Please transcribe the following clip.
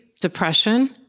depression